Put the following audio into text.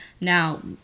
Now